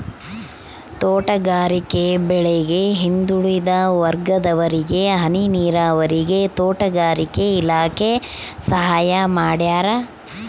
ತೋಟಗಾರಿಕೆ ಬೆಳೆಗೆ ಹಿಂದುಳಿದ ವರ್ಗದವರಿಗೆ ಹನಿ ನೀರಾವರಿಗೆ ತೋಟಗಾರಿಕೆ ಇಲಾಖೆ ಸಹಾಯ ಮಾಡ್ಯಾರ